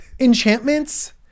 enchantments